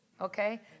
Okay